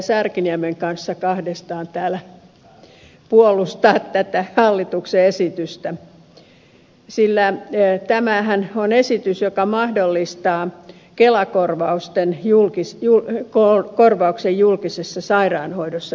särkiniemen kanssa kahdestaan täällä puolustaa hallituksen esitystä sillä tämähän on esitys joka mahdollistaa kelakorvauksen julkisessa sairaanhoidossa